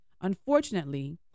Unfortunately